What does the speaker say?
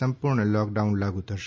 સંપૂર્ણ લોકડાઉન લાગુ થશે